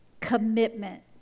commitment